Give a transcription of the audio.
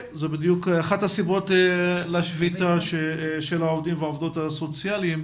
זאת אחת הסיבות לשביתה של העובדים והעובדות הסוציאליים,